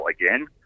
again